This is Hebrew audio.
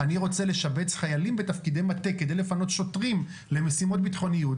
אני רוצה לשבץ חיילים בתפקידי מטה כדי לפנות שוטרים למשימות ביטחוניות,